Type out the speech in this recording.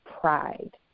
pride